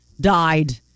died